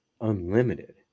unlimited